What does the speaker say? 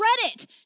credit